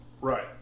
Right